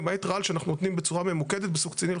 למעט רעל שאנחנו נותנים בצורה ממוקדת בסוג ---.